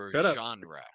genre